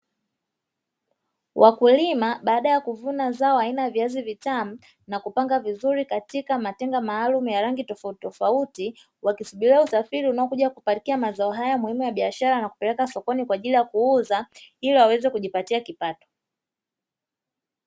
Wakulima baada ya kuvuna zao aina ya viazi vitamu na kupanga vizuri katika matenga maalumu ya rangi tofautitofauti, wakisubiria usafiri unaokuja kupakia mazao hayo muhimu ya biashara na kupeleka sokoni kwa ajili ya kuuza ili waweze kujipatia kipato.